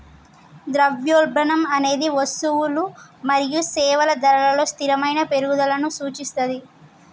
ద్రవ్యోల్బణం అనేది వస్తువులు మరియు సేవల ధరలలో స్థిరమైన పెరుగుదలను సూచిస్తది